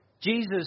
Jesus